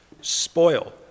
spoil